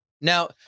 Now